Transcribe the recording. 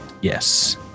yes